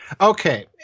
okay